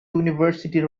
university